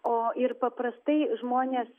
o ir paprastai žmonės